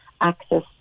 access